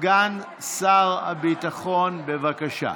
סגן שר הביטחון, בבקשה.